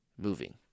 moving